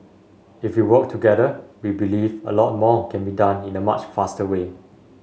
if we work together we believe a lot more can be done in a much faster way